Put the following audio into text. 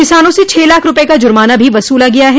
किसानों से छह लाख रूपये का जुर्माना भी वसूल किया गया है